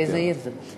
באיזה עיר זה?